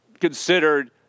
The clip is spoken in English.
considered